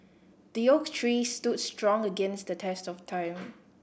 the oak tree stood strong against the test of time